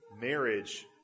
marriage